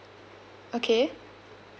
okay